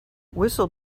whistle